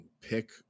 pick